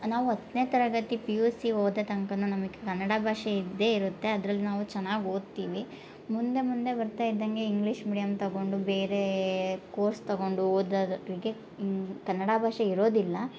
ನಾವು ಹತ್ತನೇ ತರಗತಿ ಪಿ ಯು ಸಿ ಓದ ತನ್ಕವೂ ನಮಗೆ ಕನ್ನಡ ಭಾಷೆ ಇದ್ದೇ ಇರುತ್ತೆ ಅದ್ರಲ್ಲಿ ನಾವು ಚೆನ್ನಾಗಿ ಓದ್ತೀವಿ ಮುಂದೆ ಮುಂದೆ ಬರ್ತಾ ಇದ್ದಂಗೆ ಇಂಗ್ಲೀಷ್ ಮೀಡಿಯಮ್ ತಗೊಂಡು ಬೇರೆ ಕೋರ್ಸ್ ತಗೊಂಡು ಓದದವರಿಗೆ ಕನ್ನಡ ಭಾಷೆ ಇರೋದಿಲ್ಲ